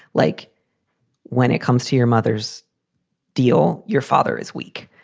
like when it comes to your mother's deal, your father is weak.